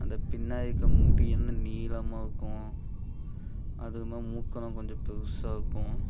அந்த பின்னாடி இருக்கற முடி வந்து நீளமாகருக்கும் அதுக்கப்புறமா மூக்கலாம் கொஞ்சம் பெருசாக இருக்கும்